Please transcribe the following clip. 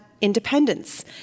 independence